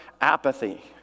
Apathy